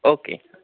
okay